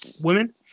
women